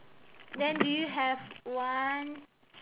then do you have one